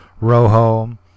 Rojo